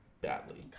Badly